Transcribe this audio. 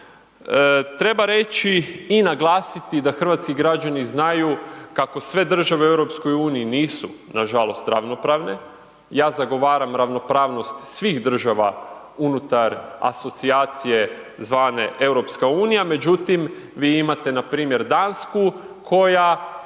Treba reći i naglasiti da hrvatski građani znaju kako sve države u EU-u nisu nažalost ravnopravne, ja zagovaram ravnopravnost svih država unutar asocijacije zvane EU međutim vi imate npr. Dansku koja